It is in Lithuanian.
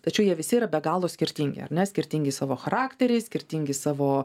tačiau jie visi yra be galo skirtingi ar ne skirtingi savo charakteriais skirtingi savo